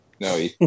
No